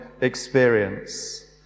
experience